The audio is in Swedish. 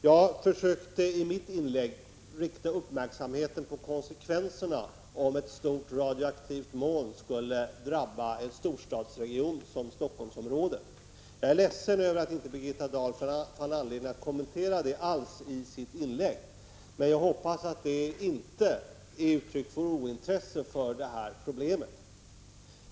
Jag försökte i mitt inlägg rikta uppmärksamheten på konsekvenserna om ett stort radioaktivt moln skulle drabba en storstadsregion som Helsingforssområdet. Jag är ledsen över att Birgitta Dahl inte fann anledning att kommentera det alls i sitt inlägg. Jag hoppas att detta inte är uttryck för ointresse för problemet.